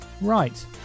right